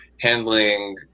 handling